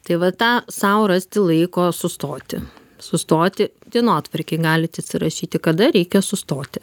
tai va tą sau rasti laiko sustoti sustoti dienotvarkėj galit įsirašyti kada reikia sustoti